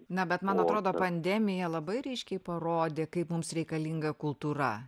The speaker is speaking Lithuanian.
na bet man atrodo pandemija labai ryškiai parodė kaip mums reikalinga kultūra